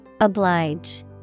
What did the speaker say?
Oblige